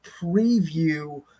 preview